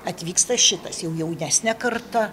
atvyksta šitas jau jaunesnė karta